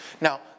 Now